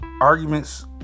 arguments